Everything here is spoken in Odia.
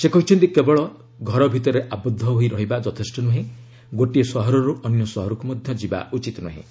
ସେ କହିଛନ୍ତି କେବଳ ଘର ଭିତରେ ଆବଦ୍ଧ ହୋଇ ରହିବା ଯଥେଷ୍ଟ ନୁହେଁ ଗୋଟିଏ ସହରରୁ ଅନ୍ୟ ସହରକୁ ମଧ୍ୟ ଯିବା ଉଚିତ୍ ନୁହଁ